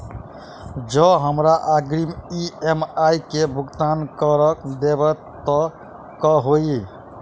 जँ हमरा अग्रिम ई.एम.आई केँ भुगतान करऽ देब तऽ कऽ होइ?